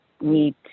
need